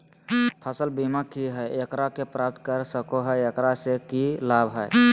फसल बीमा की है, एकरा के प्राप्त कर सको है, एकरा से की लाभ है?